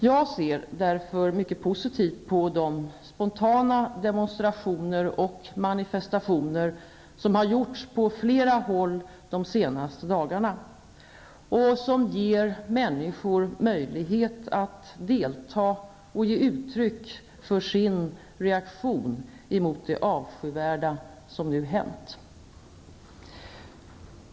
Jag ser därför mycket positivt på de spontana demonstrationer och manifestationer som ägt rum på flera håll de senaste dagarna, vilka ger människor möjlighet att delta och ge uttryck för sin reaktion mot det avskyvärda som nu hänt.